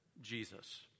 Jesus